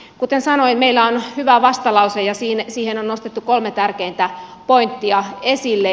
kuten sanoin meillä on hyvä vastalause ja siihen on nostettu kolme tärkeintä pointtia esille